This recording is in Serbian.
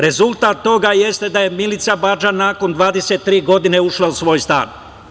Rezultat toga jeste da je Milica Badža nakon 23 godine ušla u svoj stan.